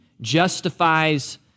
justifies